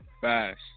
Fast